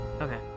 Okay